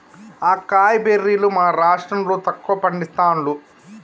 acai బెర్రీలు మన రాష్టం లో తక్కువ పండిస్తాండ్లు